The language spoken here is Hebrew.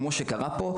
כמו שקרה פה.